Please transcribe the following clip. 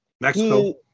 Mexico